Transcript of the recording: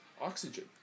Oxygen